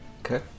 Okay